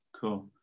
cool